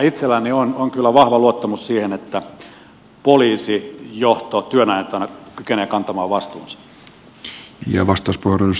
itselläni on kyllä vahva luottamus siihen että poliisijohto työnantajana kykenee kantamaan vastuunsa